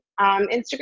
instagram